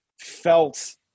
felt